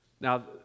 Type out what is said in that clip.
Now